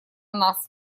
нас